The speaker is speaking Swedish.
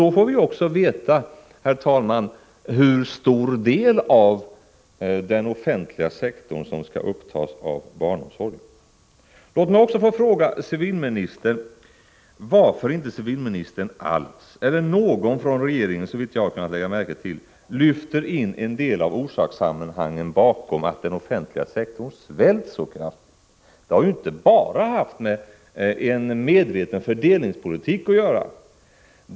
Då får vi också veta hur stor del av den offentliga sektorn som skall upptas av barnomsorg. Låt mig också få fråga civilministern, varför inte civilministern eller någon annan från regeringen såvitt jag har kunnat lägga märke till lyft in i diskussionen en del av orsakssammanhangen bakom det faktum att den offentliga sektorn svällt så kraftigt. Det har ju inte bara haft med medveten fördelningspolitik att göra.